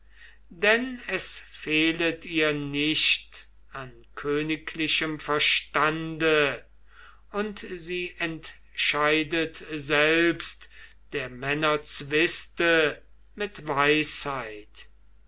denn es fehlet ihr nicht an königlichem verstande und sie entscheidet selbst der männer zwiste mit weisheit